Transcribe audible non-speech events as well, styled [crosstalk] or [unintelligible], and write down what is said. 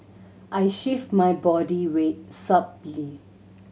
I shift my body weight [unintelligible]